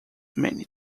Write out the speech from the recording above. many